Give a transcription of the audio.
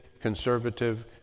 conservative